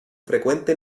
frecuente